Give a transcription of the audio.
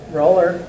roller